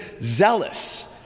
zealous